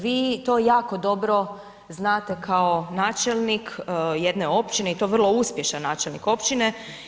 Vi to jako dobro znate kao načelnik jedne općine i to vrlo uspješan načelnik općine.